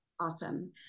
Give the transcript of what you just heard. Awesome